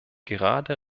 gerade